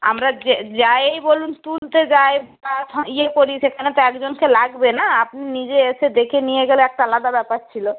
আমরা যাই বলুন তুলতে যাই বা ইয়ে করি সেখানে তো একজনকে লাগবে না আপনি নিজে এসে দেখে নিয়ে গেলে একটা আলাদা ব্যাপার ছিল